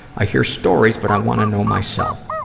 i hear stories, but i want to know myself.